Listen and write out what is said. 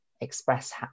express